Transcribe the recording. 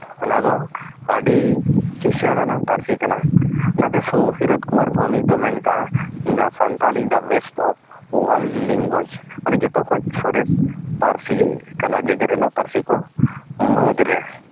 ᱚᱱᱟ ᱫᱚ ᱟᱹᱰᱤ ᱠᱤᱥᱟᱹᱬᱟᱱᱟᱝ ᱯᱟᱹᱨᱥᱤ ᱠᱟᱱᱟ ᱚᱱᱟᱛᱮ ᱥᱩᱫᱷᱤᱨ ᱠᱩᱢᱟᱨ ᱵᱷᱳᱣᱢᱤᱠ ᱫᱚ ᱢᱮᱱ ᱟᱠᱟᱜᱼᱟ the Santali is the best of world language ᱢᱟᱱᱮ ᱡᱚᱛᱚ ᱠᱷᱚᱡᱽ ᱥᱚᱨᱮᱥ ᱯᱟᱹᱨᱥᱤ ᱜᱮ ᱠᱟᱱᱟ ᱡᱮᱜᱮᱛ ᱨᱮᱱᱟᱜ ᱯᱟᱹᱨᱥᱤ ᱠᱚ ᱢᱟᱹᱫᱽ ᱨᱮ